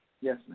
Yes